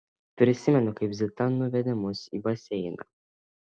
prisimenu kaip zita nuvedė mus į baseiną